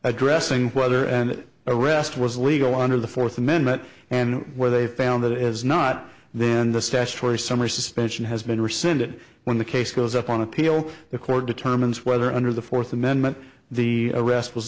addressing whether and a rest was legal under the fourth amendment and where they found that it is not then the statutory summer suspension has been rescinded when the case goes up on appeal the court determines whether under the fourth amendment the arrest was